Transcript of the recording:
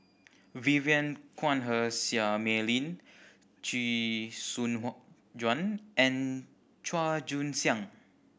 Vivien Quahe Seah Mei Lin Chee Soon Juan and Chua Joon Siang